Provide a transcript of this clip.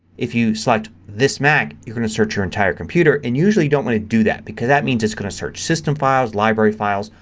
if you select this mac you're going to search your entire computer and you usually don't want to do that because that means it's going to search system files, library files,